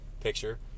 picture